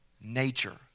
nature